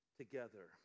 together